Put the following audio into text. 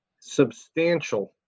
substantial